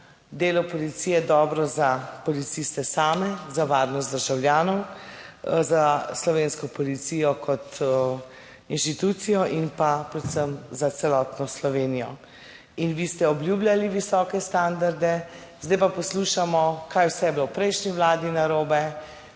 delo policije, dobro za policiste same, za varnost državljanov, za slovensko policijo kot inštitucijo in pa predvsem za celotno Slovenijo. In vi ste obljubljali visoke standarde, zdaj pa poslušamo kaj vse je bilo v prejšnji Vladi narobe,